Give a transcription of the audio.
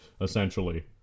essentially